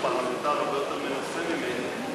שהוא פרלמנטר הרבה יותר מנוסה ממני,